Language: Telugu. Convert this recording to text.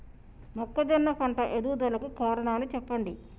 మొక్కజొన్న పంట ఎదుగుదల కు కారణాలు చెప్పండి?